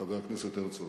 חבר הכנסת הרצוג,